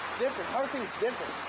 different? how are things different?